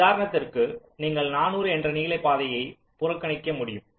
எனவே உதாரணத்திற்கு நீங்கள் 400 என்ற நீள பாதையை புறக்கணிக்க முடியும்